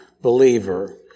believer